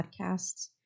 Podcasts